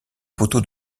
poteaux